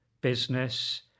business